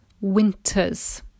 winters